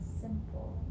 simple